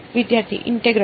વિદ્યાર્થી ઇન્ટેગ્રલ